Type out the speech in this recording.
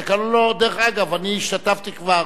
דרך אגב, אני השתתפתי כבר